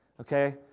Okay